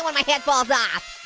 my head falls off.